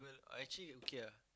I actually okay lah